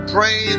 Pray